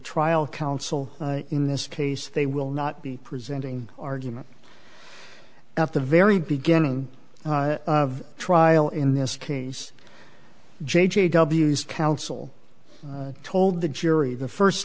trial counsel in this case they will not be presenting argument at the very beginning of trial in this case j j w's counsel told the jury the first